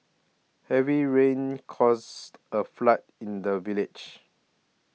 heavy rains caused a flood in the village